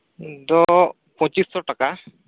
ᱫᱚ ᱯᱚᱪᱤᱥ ᱥᱚ ᱴᱟᱠᱟ